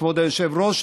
כבוד היושב-ראש,